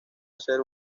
hacer